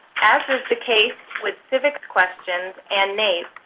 as was the case with civic questions and naep,